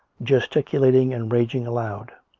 gesticulating and raging aloud.